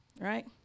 right